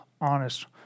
honest